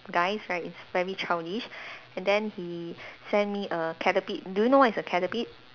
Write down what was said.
guys right is very childish and then he send me a Caterpie do you know what is a Caterpie